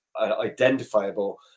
identifiable